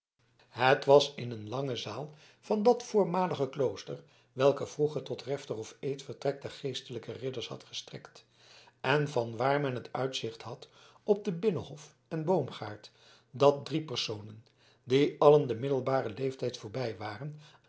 het was in een lange zaal van dat voormalige klooster welke vroeger tot refter of eetvertrek der geestelijke ridders had gestrekt en van waar men het uitzicht had op den binnenhof en boomgaard dat drie personen die allen den middelbaren leeftijd voorbij waren